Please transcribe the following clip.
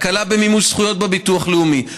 הקלה במימוש זכויות בביטוח הלאומי,